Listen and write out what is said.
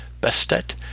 Bestet